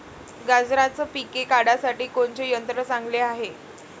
गांजराचं पिके काढासाठी कोनचे यंत्र चांगले हाय?